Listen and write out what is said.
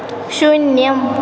शून्यम्